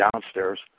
downstairs